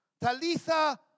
Talitha